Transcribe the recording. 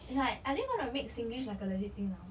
it's like are they going to make singlish like a legit thing now